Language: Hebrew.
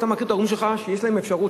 אתה מכיר את ההורים שלך שיש להם אפשרות,